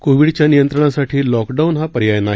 कोविडच्या नियंत्रणासाठी लॉकडाऊन हा पर्याय नाही